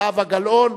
זהבה גלאון,